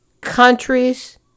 countries